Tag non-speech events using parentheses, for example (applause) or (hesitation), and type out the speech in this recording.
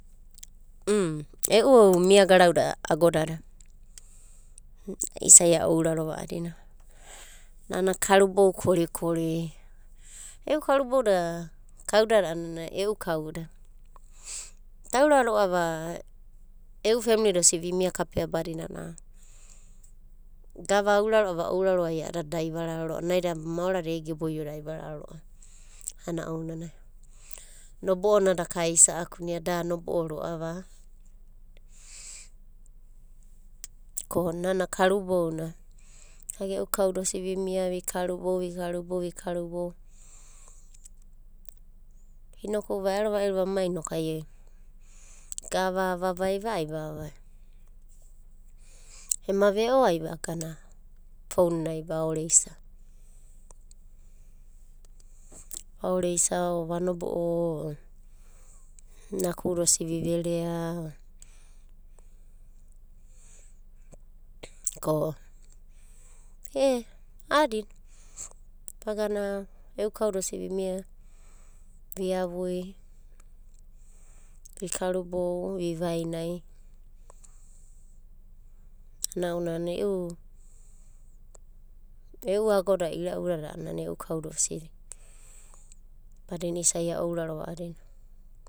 (hesitation) E'u mia garauda agodadi isa'i a ourarova a'adina nana karubou korikori. E'u karubouda kaudada a'ana e'u kauda. Daura ro'ava e'u femli da osidi vimia kapea badinana gava aura ro'ava va ouraroai a'adada da ivararo ro'ava ko naida maorada ege boio dada ivararo ro'ava. Ana ounanai nobo'o daka aisa'akuna, da anobo'o ro'ava ko nana karubou na. Vaga e'u kauda osi vimia vikarubou vikarubou inoku va ero va'iro vamai inokai gava avavaiva a vavai. Ema ve'o ai founai vaoreisa, vaoreisa o vanobo'o, naku'uda osidi vi verea ko ea a'adina. Vagana e'u kauda osi vimia, viavui, vikarubou, vi vainai ana ounanai e'u agoda ira'udada a'anana e'u kauda osidi. Badina isai aourarova a'adina.